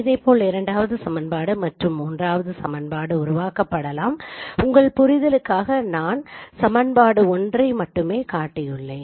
இதேபோல் இரண்டாவது சமன்பாடு மற்றும் மூன்றாவது சமன்பாடு உருவாக்கப்படலாம் உங்கள் புரிதலுக்காக நான் 1 சமன்பாட்டை மட்டுமே காட்டியுள்ளேன்